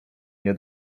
nie